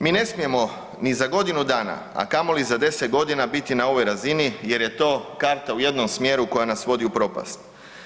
Mi ne smijemo ni za godinu dana a kamoli za 10 g. biti na ovoj razini jer je to karta u jednom smjeru koja nas vodi u propast.